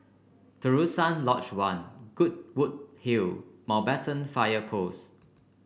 Terusan Lodge One Goodwood Hill Mountbatten Fire Post